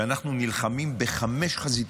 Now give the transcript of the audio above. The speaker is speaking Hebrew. כשאנחנו נלחמים בחמש חזיתות,